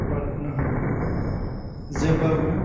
बारग'नो हागोन जेब्लाबो